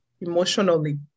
emotionally